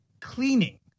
cleaning